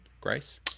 Grace